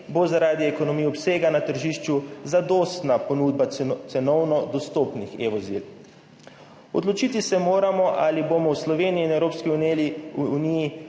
bo zaradi ekonomije obsega na tržišču zadostna ponudba cenovno dostopnih e-vozil. Odločiti se moramo, ali bomo v Sloveniji in Evropski uniji